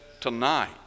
tonight